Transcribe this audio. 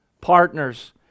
partners